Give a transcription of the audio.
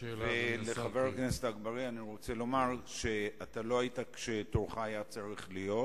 לחבר הכנסת אגבאריה אני רוצה לומר: לא היית כשתורך היה צריך להיות,